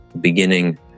beginning